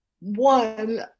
One